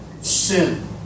sin